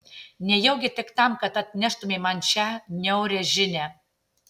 nejaugi tik tam kad atneštumei man šią niaurią žinią